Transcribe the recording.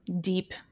deep